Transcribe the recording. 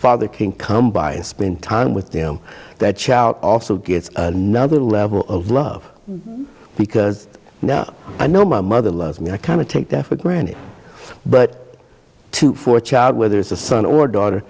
father can come by and spend time with them that child also gets another level of love because now i know my mother loves me i kind of take the effort randi but for a child whether it's a son or daughter